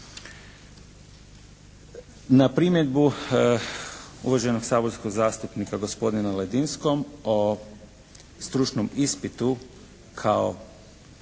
Na primjedbu uvaženog saborskog zastupnika gospodina Ledinskom o stručnom ispitu kao